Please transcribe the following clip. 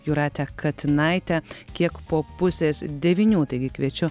jūrate katinaite kiek po pusės devynių taigi kviečiu